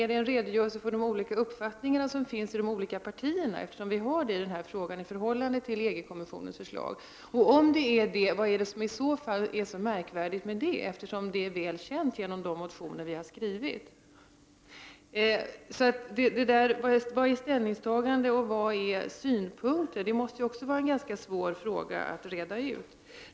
Är det fråga om en redogörelse för de olika uppfattningar som finns i de olika partierna? Sådana olika uppfattningar finns ju i denna fråga i förhållande till EG-kommissionens förslag. Om det är detta som avses, vad är det i så fall som är så märkvärdigt med det? Detta är ju väl känt genom de motioner vi har väckt. Vad är alltså ställningstagande och vad är synpunkt? Det måste ju vara en ganska svår fråga att reda ut.